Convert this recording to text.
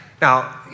Now